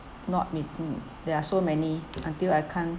not with me there are so many until I can't